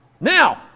Now